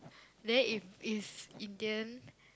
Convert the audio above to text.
then if it's Indian